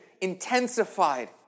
intensified